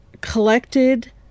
collected